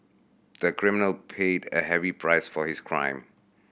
the criminal paid a heavy price for his crime